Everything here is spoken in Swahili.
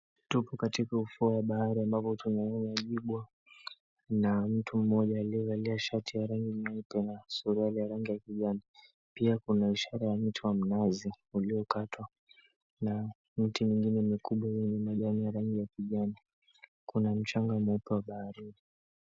Tupo katika ufuo wa bahari ambapo tunaona maji bahari na mtu mmoja aliyevaa shati ya rangi nyeupe na suruali ya rangi ya kijani. Pia kuna ishara ya mti wa mnazi uliokatwa na mti nyingine mikubwa yenye majani ya rangi ya kijani. Kuna mchanga mweupe wa baharini.